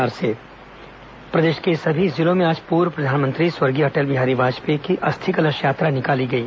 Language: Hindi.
वाजपेयी अस्थि विसर्जन प्रदेश के सभी जिलों में आज पूर्व प्रधानमंत्री स्वर्गीय अटल बिहारी वाजपेयी की अस्थि कलश यात्रा निकाली गई